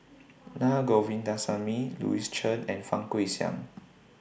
Naa Govindasamy Louis Chen and Fang Guixiang